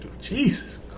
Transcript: Jesus